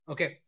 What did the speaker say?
Okay